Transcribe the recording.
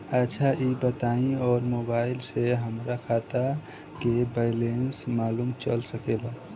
अच्छा ई बताईं और मोबाइल से हमार खाता के बइलेंस मालूम चल सकेला?